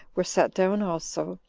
were set down also,